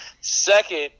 Second